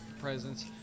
Presence